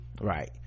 right